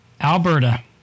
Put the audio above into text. Alberta